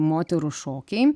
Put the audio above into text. moterų šokiai